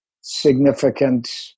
significant